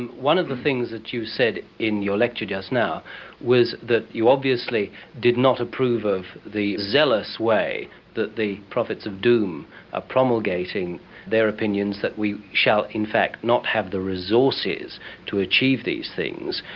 and one of the things that you said in your lecture just now was that you obviously did not approve of the zealous way that the prophets of doom are ah promulgating their opinions that we shall in fact not have the resources to achieve these things,